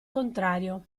contrario